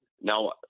Now